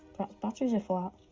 batteries are flat.